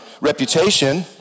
reputation